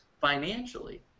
financially